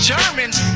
Germans